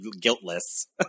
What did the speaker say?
guiltless